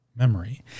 memory